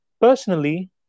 Personally